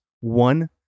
One